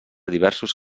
diversos